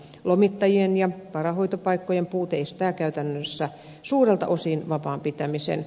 lomittajien ja varahoitopaikkojen puute estää käytännössä suurelta osin vapaan pitämisen